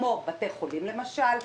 כמו בתי חולים למשל,